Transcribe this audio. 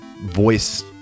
voice